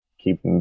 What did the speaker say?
keep